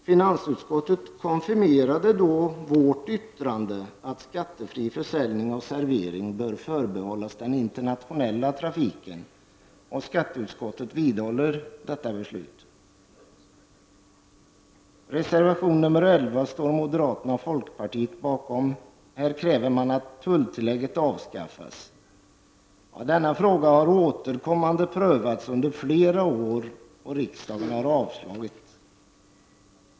Finansutskottet konfirmerade då vårt yttrande att skattefri försäljning och servering bör förbehållas den internationella trafiken. Skatteutskottet vidhåller detta beslut. Reservation nr 11 står moderaterna och folkpartiet bakom. De kräver att tulltiliägget avskaffas. Denna fråga har under flera år prövats av riksdagen och avslagits.